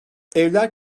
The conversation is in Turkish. evler